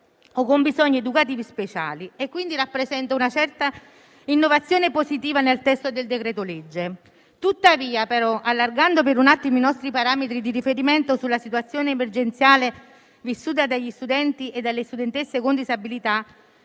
o con bisogni educativi speciali, quindi rappresenta una certa innovazione positiva nel testo del decreto-legge. Tuttavia, allargando per un attimo i nostri parametri di riferimento sulla situazione emergenziale vissuta dagli studenti e dalle studentesse con disabilità,